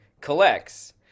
collects